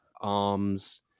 arms